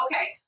Okay